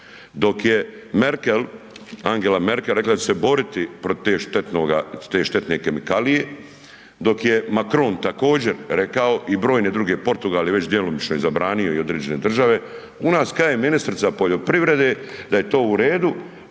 Dok je Merkel, Angela Merkel rekla da će se boriti protiv te štetne kemikalije, dok je Macron također rekao i brojne druge, Portugal je već djelomično i zabranio i određene države, u nas kaže ministrica poljoprivrede da je to u redu,